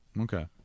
Okay